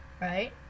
right